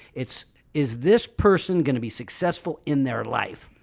it's is this person going to be successful in their life?